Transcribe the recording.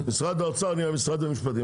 משרד האוצר נהיה משרד המשפטים.